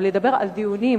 ולדבר על דיונים,